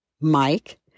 Mike